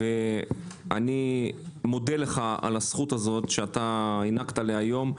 ואני מודה לך על הזכות שהענקת לי היום,